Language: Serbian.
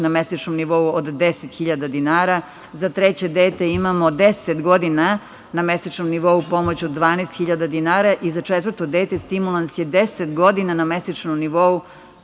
na mesečnom nivou od 10.000 dinara. Za treće dete imamo 10 godina na mesečnom nivou pomoć od 12.000 dinara i za četvrto dete stimulans je 10 godina na mesečnom nivou